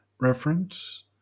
Reference